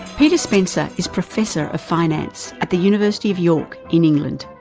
peter spencer is professor finance at the university of york, in england.